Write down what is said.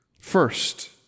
First